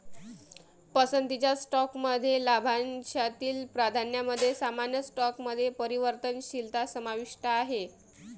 पसंतीच्या स्टॉकमध्ये लाभांशातील प्राधान्यामध्ये सामान्य स्टॉकमध्ये परिवर्तनशीलता समाविष्ट आहे